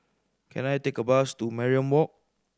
can I take a bus to Mariam Walk